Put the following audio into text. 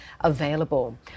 available